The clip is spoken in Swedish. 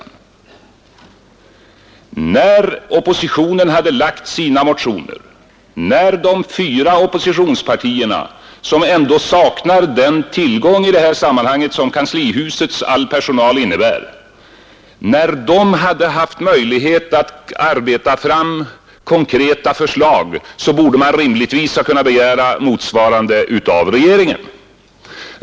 När oppositionen hade lagt fram sina motioner, när de fyra oppositionspartierna — som ändå saknar den tillgång i det här sammanhanget som all kanslihusets personal innebär — hade haft möjlighet att arbeta fram konkreta förslag, så borde man rimligtvis ha kunnat begära motsvarande av regeringen.